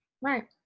Right